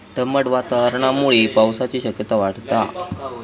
दमट वातावरणामुळे पावसाची शक्यता वाढता